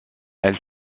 elle